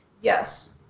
yes